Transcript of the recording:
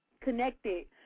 connected